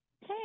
Hey